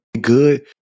good